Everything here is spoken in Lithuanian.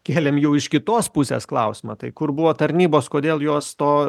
kėlėm jau iš kitos pusės klausimą tai kur buvo tarnybos kodėl jos to